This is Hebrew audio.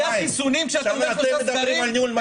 עכשיו אתם מדברים על ניהול?